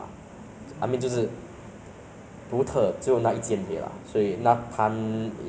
you may not agree with me lah but it's my 口感 lah 我觉得那那摊子不错的